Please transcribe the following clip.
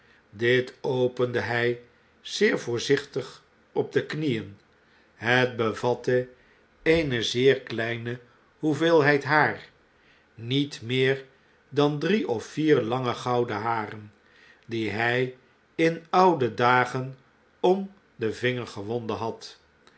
dit opende hjj zeer voorzichtig op de knieen het bevatte eene zeer kleine hoeveelheid haar niet meer dan drie of vier lange gouden haren die hg in oude dagen om den vinger gewonden had